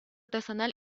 artesanal